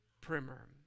primer